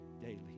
daily